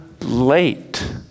late